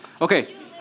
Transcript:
Okay